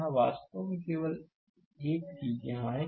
यहां वास्तव में केवल एक चीज यहां है